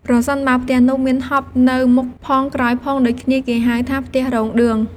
ប្រសិនបើផ្ទះនោះមានហប់នៅមុខផងក្រោយផងដូចគ្នា គេហៅថាផ្ទះរោង ឌឿង។